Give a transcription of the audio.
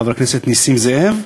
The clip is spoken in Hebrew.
חבר הכנסת נסים זאב,